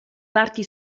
parti